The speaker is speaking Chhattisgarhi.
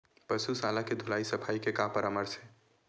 पशु शाला के धुलाई सफाई के का परामर्श हे?